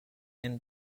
and